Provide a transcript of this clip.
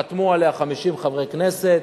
חתמו עליה 50 חברי כנסת,